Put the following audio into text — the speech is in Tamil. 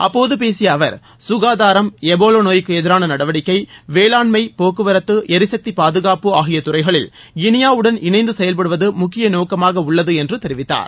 அப்போது பேசிய அவர் குகாதாரம் எபோலா நோய்க்கு எதிரான நடவடிக்கை வேளாண்மை போக்குவரத்து எரிசக்தி பாதுகாப்பு ஆகிய துறைகளில் கினியாவுடன் இணைந்து செயல்படுவது முக்கிய நோக்கமாக உள்ளது என்று தெரிவித்தார்